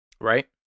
right